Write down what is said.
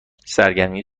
سرگرمی